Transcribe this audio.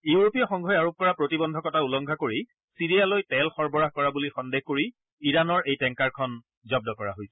ইউৰোপীয় সংঘই আৰোপ কৰা প্ৰতিবন্ধকতা উলংঘা কৰি ছিৰিয়ালৈ তেল সৰবৰাহ কৰা বুলি সন্দেহ কৰি ইৰাণৰ এই টেংকাৰখন জব্দ কৰা হৈছিল